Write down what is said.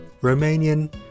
Romanian